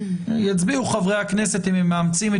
יצביעו חברי הכנסת אם הם מאמצים את